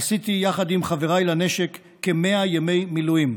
עשיתי יחד עם חבריי לנשק כ-100 ימי מילואים.